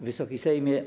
Wysoki Sejmie!